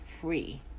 free